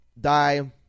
die